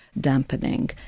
dampening